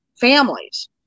families